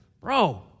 bro